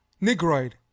Negroid